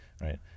right